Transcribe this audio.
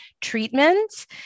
treatments